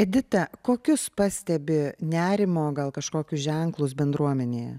edita kokius pastebi nerimo gal kažkokius ženklus bendruomenėje